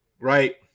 right